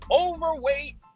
Overweight